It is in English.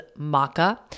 maca